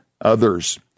others